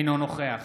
אינו נוכח